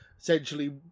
Essentially